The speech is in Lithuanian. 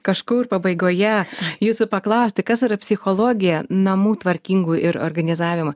kažkur pabaigoje jūsų paklausti kas yra psichologija namų tvarkingų ir organizavimo